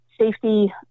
Safety